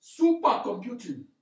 Supercomputing